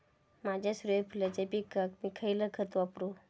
माझ्या सूर्यफुलाच्या पिकाक मी खयला खत वापरू?